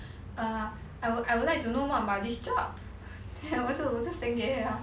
err I would I would like to know more about this job then I was I was just saying it hor